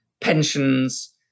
pensions